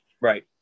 Right